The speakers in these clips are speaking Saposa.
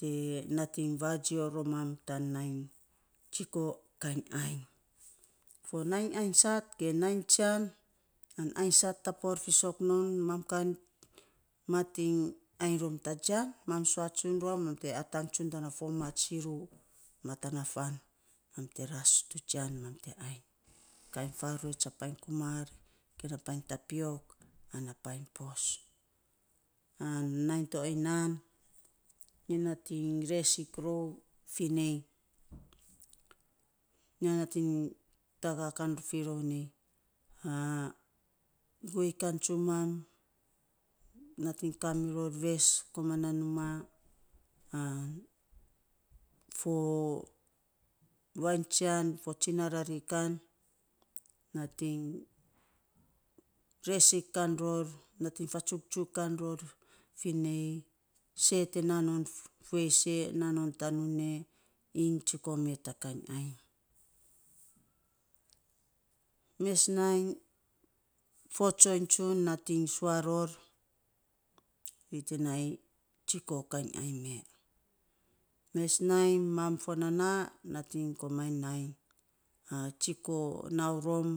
Te nating vajio romam tan nainy tsiko kainy ainy, fo nainy ainysat ge nainy tsian an ainysat tapor fisok non, mam kan mating ainy rom taa jian, mam sus tsun rom mam te atang tsun tana fo, mats siruu, matana faan, mam te ras tu jian mam te ainy, kainy faruets a painy kumar ge na painy tapiok ana painy pos, an kainy to aya nan, nyo nating resik rou finei, nyo nating taga kan firou nei guei kan tsumam nating kamiror ves komana numaa, an fo vainy tsian fo tsinarari kan nating resik kan ror, nating fa tsuktsuk kan ror finei see te nanon fueis e, nanon tanun e iny tsiko me taa kainy ainy. Mes nainy, fo tsoiny tsun nating sua ror, ri te nainy tsiko kainy ainymee. Mes nainy mam fo nanaa nating komainy nain tsiko nau rom,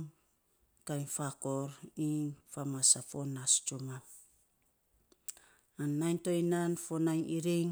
kainy fakor iny famas a fo naas tsumam an nainy to yanan fo nainy iring.